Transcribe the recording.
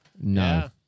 No